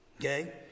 Okay